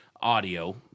audio